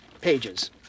pages